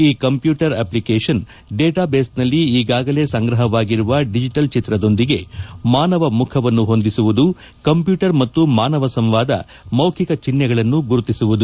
ಈ computer application data ಬೇಸ್ನಲ್ಲಿ ಈಗಾಗಲೇ ಸಂಗ್ರಹವಾಗಿರುವ ಡಿಜೆಟಲ್ ಚಿತ್ರದೊಂದಿಗೆ ಮಾನವ ಮುಖವನ್ನು ಹೊಂದಿಸುವುದು ಕಂಪ್ಯೂಟರ್ ಮತ್ತು ಮಾನವ ಸಂವಾದ ಮೌಖಿಕ ಚಿಹ್ನೆಗಳನ್ನು ಗುರುತಿಸುವುದು